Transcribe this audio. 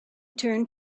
turned